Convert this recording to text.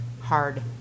hard